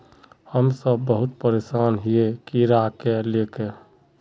हम सब बहुत परेशान हिये कीड़ा के ले के?